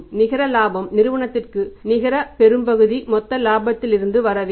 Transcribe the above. நிகர இலாபம் நிறுவனத்திற்கு நிகர பெரும்பகுதி மொத்த இலாபத்திலிருந்து வர வேண்டும்